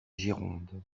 gironde